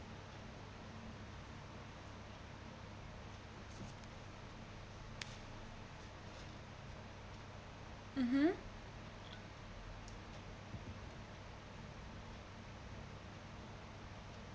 mmhmm